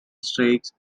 stakes